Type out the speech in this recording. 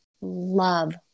love